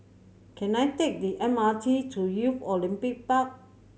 can I take the M R T to Youth Olympic Park